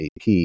AP